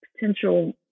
potential